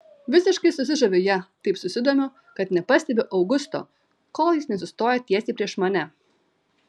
visiškai susižaviu ja taip susidomiu kad nepastebiu augusto kol jis nesustoja tiesiai prieš mane